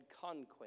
conquest